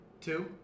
Two